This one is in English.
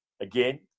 again